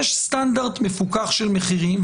יש סטנדרט מפוקח של מחירים,